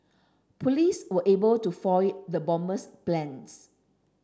police were able to foil the bomber's plans